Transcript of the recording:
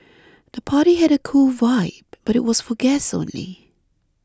the party had a cool vibe but was for guests only